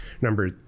Number